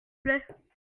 plait